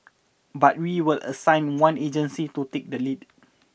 but we will assign one agency to take the lead